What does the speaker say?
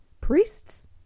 Priests